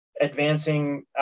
advancing